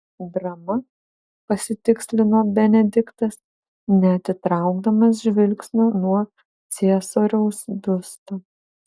drama pasitikslino benediktas neatitraukdamas žvilgsnio nuo ciesoriaus biusto